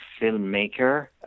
filmmaker